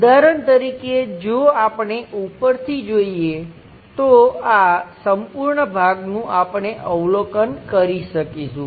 ઉદાહરણ તરીકે જો આપણે ઉપરથી જોઈએ તો આ સંપૂર્ણ ભાગનું આપણે અવલોકન કરી શકીશું